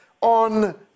on